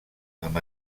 amb